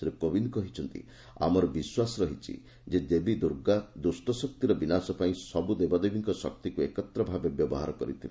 ଶ୍ରୀକୋବିନ୍ଦ କହିଛନ୍ତି ଆମର ବିଶ୍ୱାସ ରହିଛି ଯେ ଦେବୀ ଦୁର୍ଗା ଦୁଷ୍ଟ ଶକ୍ତିର ବିନାଶ ପାଇଁ ସବୁ ଦେବଦେବୀଙ୍କ ଶକ୍ତିକୁ ଏକତ୍ର ଭାବେ ବ୍ୟବହାର କରିଥିଲେ